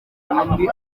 andi